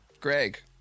Greg